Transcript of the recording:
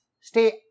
stay